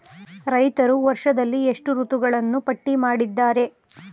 ರೈತರು ವರ್ಷದಲ್ಲಿ ಎಷ್ಟು ಋತುಗಳನ್ನು ಪಟ್ಟಿ ಮಾಡಿದ್ದಾರೆ?